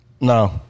no